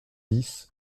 dix